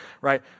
right